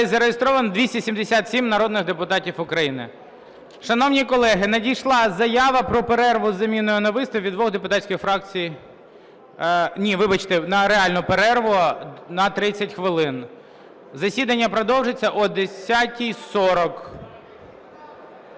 зареєстровано 277 народних депутатів України. Шановні колеги, надійшла заява про перерву із заміною на виступ від двох депутатських фракцій. Ні, вибачте, на реальну перерву на 30 хвилин. Засідання продовжиться о 10:40.